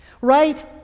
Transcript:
Right